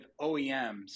OEMs